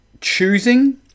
choosing